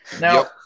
Now